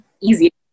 easy